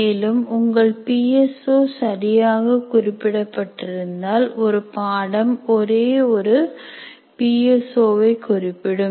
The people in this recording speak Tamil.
மேலும் உங்கள் பி எஸ் ஓ சரியாக குறிப்பிடப்பட்டிருந்தால் ஒரு பாடம் ஒரே ஒரு பி எஸ் ஓ வை குறிப்பிடும்